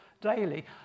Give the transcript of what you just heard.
daily